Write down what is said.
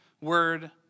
word